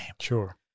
Sure